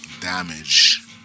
damage